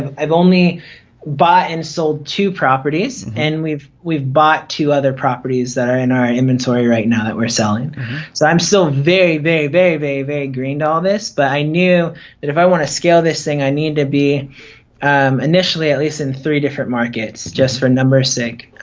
and i've only bought and sold two properties and we've we've bought two other properties that are in our inventory right now that we're selling so i'm so very very very very very green to all this, but i knew that if i want to scale this thing i need to be initially at least in three different markets just for numbers sake.